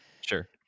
sure